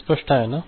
हे स्पष्ट आहे का